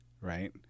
right